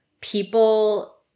people